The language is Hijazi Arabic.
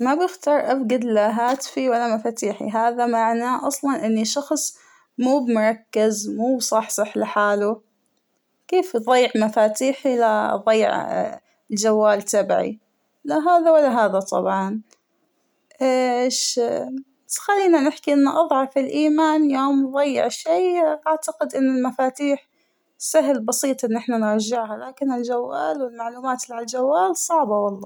ما بختار أفقد لا هاتفى ولا مفاتيحى ، هذا معناه أصلاً إنى شخص مو مركز مو مصحصح لحاله ، كيف أضيع مفاتيحى ل أضيع الجوال تبعى ، لا هذا ولا هذا طبعاً ، اش بس خلينا نحكى أن أضعف الإيمان يوم أضيع شى ، أعتقد أن المفاتيح سهل بسيط ان أحنا نرجعها ، لكن الجوال والمعلومات اللى على الجوال صعبة والله.